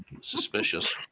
Suspicious